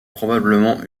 probablement